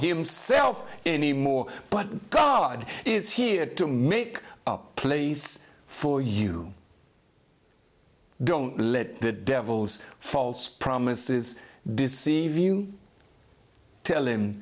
himself anymore but god is here to make a place for you don't let the devil's false promises deceive you tell him